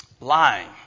Lying